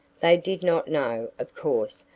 they did not know, of course,